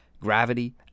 gravity